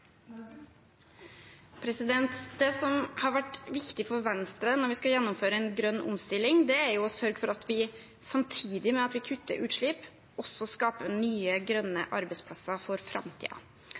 Det som har vært viktig for Venstre når vi skal gjennomføre en grønn omstilling, er å sørge for at vi, samtidig med at vi kutter utslipp, også skaper nye,